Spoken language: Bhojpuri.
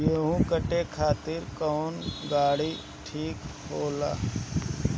गेहूं काटे खातिर कौन गाड़ी ठीक होला?